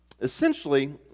Essentially